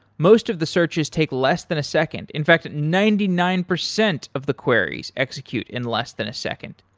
most of the searches take less than a second. in fact, ninety nine percent of the queries execute in less than a second.